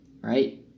right